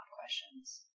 questions